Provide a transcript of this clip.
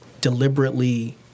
deliberately